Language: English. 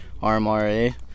RMRA